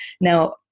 now